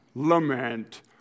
Lament